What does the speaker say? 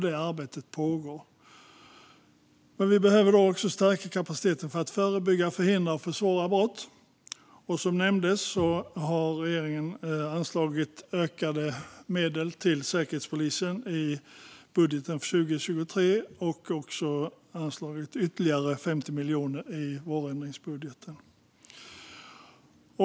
Detta arbete pågår. Vi behöver också stärka kapaciteten för att förebygga, förhindra och försvåra brott. Som nämndes har regeringen anslagit ökade medel till Säkerhetspolisen i budgeten för 2023 och har anslagit ytterligare 50 miljoner i vårändringsbudgeten.